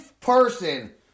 person